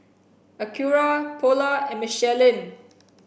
Acura Polar and Michelin